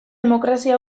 demokrazia